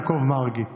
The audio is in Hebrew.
מה אומרים עליך.